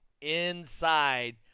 inside